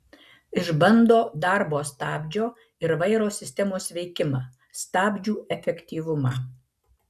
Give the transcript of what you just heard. išbando darbo stabdžio ir vairo sistemos veikimą stabdžių efektyvumą